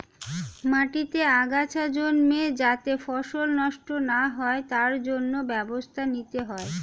মাটিতে আগাছা জন্মে যাতে ফসল নষ্ট না হয় তার জন্য ব্যবস্থা নিতে হয়